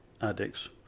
addicts